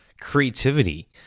creativity